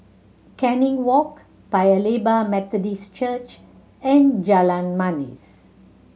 Canning Walk Paya Lebar Methodist Church and Jalan Manis